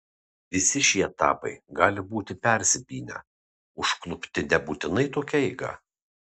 visi šie etapai gali būti persipynę užklupti nebūtinai tokia eiga